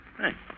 Thanks